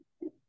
Yes